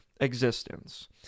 existence